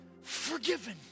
forgiven